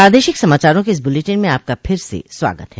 प्रादेशिक समाचारों के इस बुलेटिन में आपका फिर से स्वागत है